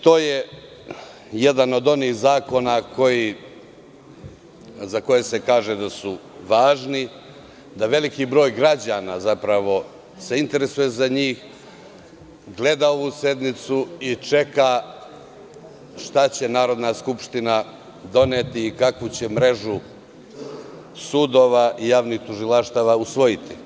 To je jedan od onih zakona za koje se kaže da su važni, da se veliki broj građana zapravo interesuje za njih, gleda ovu sednicu i čeka šta će Narodna skupština doneti i kakvu će mrežu sudova i javnih tužilaštava usvojiti.